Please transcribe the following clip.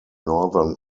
northern